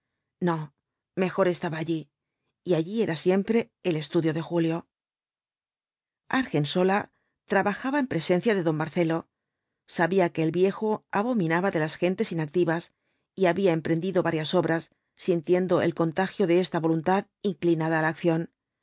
no mejor estaba allí y allí era siempre el estudio de julio argensola trabajaba en presencia de don marcelo sabía que el viejo abominaba de las gentes inactivas y había emprendido varias obras sintiendo el contagio de esta voluntad inclinada á la acción